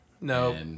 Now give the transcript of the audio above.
No